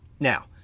Now